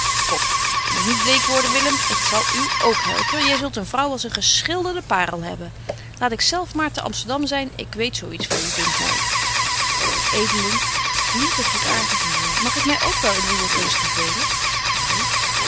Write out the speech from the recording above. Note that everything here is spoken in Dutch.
kom je moet niet bleek worden willem ik zal u k helpen jy zult een vrouw als een geschilderde paerel hebben laat ik zelf maar te amsterdam zyn ik weet zo iets voor u dunkt my edeling lieve goedaartige heer mag ik my ook wel in uwe gunst bevelen hy